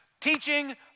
teaching